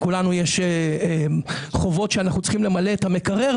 לכולנו יש חובות שאנחנו צריכים למלא את המקרר,